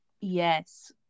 Yes